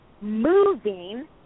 moving